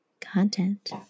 content